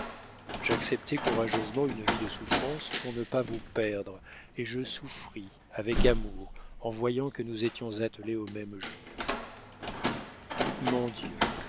j'acceptai courageusement une vie de souffrances pour ne pas vous perdre et je souffris avec amour en voyant que nous étions attelés au même joug mon dieu